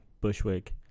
bushwick